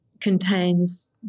contains